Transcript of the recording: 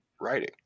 writing